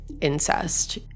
incest